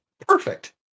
Perfect